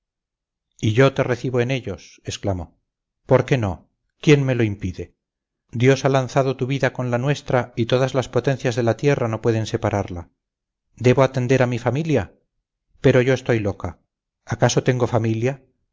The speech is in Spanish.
y yo te recibo en ellos exclamó por qué no quién me lo impide dios ha lanzado tu vida con la nuestra y todas las potencias de la tierra no pueden separarla debo atender a mi familia pero yo estoy loca acaso tengo familia